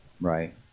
Right